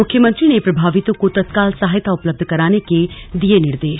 मुख्यमंत्री ने प्रभावितों को तत्काल सहायता उपलब्ध कराने के दिए निर्देश